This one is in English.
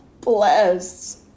bless